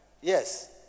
Yes